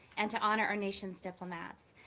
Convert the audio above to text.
and to honor our nation's diplomats.